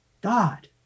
God